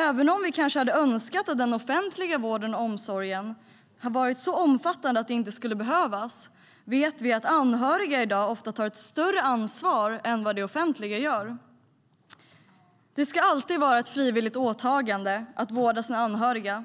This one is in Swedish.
Även om vi kanske skulle ha önskat att den offentliga vården och omsorgen var så omfattande att det inte skulle behövas vet vi att anhöriga i dag ofta tar ett större ansvar än det offentliga. Det ska alltid vara ett frivilligt åtagande att vårda sina anhöriga.